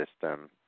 system